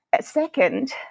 Second